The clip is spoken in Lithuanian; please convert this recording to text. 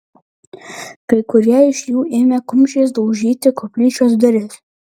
kai kurie iš jų ėmė kumščiais daužyti koplyčios duris